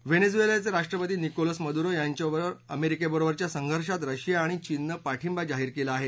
व्हेनेझुएलाचे राष्ट्रपती Nicolas Maduro यांच्या अमेरिकेबरोबरच्या संघर्षात रशिया आणि चीननं पाठिंबा जाहीर केला आहे